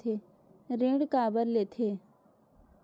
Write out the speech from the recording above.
ऋण काबर लेथे?